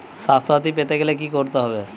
স্বাস্থসাথী পেতে গেলে কি করতে হবে?